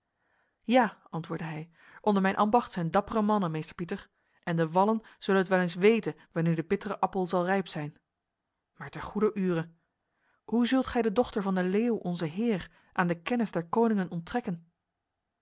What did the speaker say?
ja antwoordde hij onder mijn ambacht zijn dappere mannen meester pieter en de wallen zullen het wel eens weten wanneer de bittere appel zal rijp zijn maar ter goeder ure hoe zult gij de dochter van de leeuw onze heer aan de kennis der koningen onttrekken